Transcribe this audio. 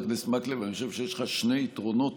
חבר הכנסת מקלב,